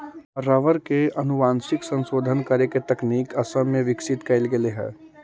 rubber के आनुवंशिक संशोधन करे के तकनीक असम में विकसित कैल गेले हई